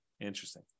Interesting